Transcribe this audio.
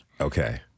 Okay